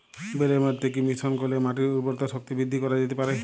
বেলে মাটিতে কি মিশ্রণ করিলে মাটির উর্বরতা শক্তি বৃদ্ধি করা যেতে পারে?